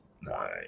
nine